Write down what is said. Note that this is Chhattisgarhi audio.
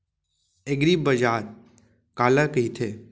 एगरीबाजार काला कहिथे?